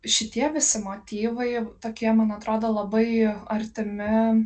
šitie visi motyvai tokie man atrodo labai artimi